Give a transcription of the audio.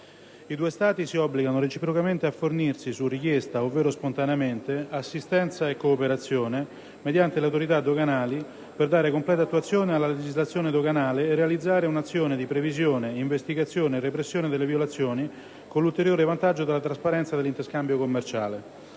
I due Stati si obbligano reciprocamente a fornirsi, su richiesta ovvero spontaneamente, assistenza e cooperazione, mediante le Autorità doganali, per dare completa attuazione alla legislazione doganale e realizzare un'azione di previsione, investigazione e repressione delle violazioni, con l'ulteriore vantaggio della trasparenza dell'interscambio commerciale.